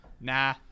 nah